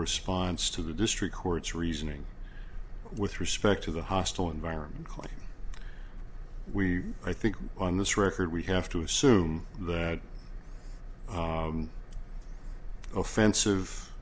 response to the district court's reasoning with respect to the hostile environment clearly we i think on this record we have to assume that offensive